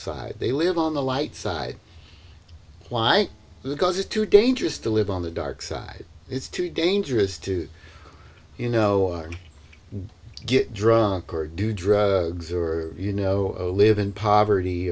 side they live on the light side why because it's too dangerous to live on the dark side it's too dangerous to you know get drunk or do drugs or you know live in poverty